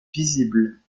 visibles